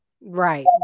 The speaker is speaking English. Right